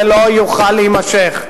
זה לא יוכל להימשך.